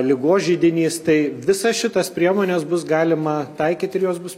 ligos židinys tai visas šitas priemones bus galima taikyt ir jos bus